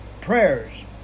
prayers